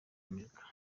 amerika